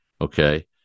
Okay